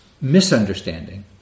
misunderstanding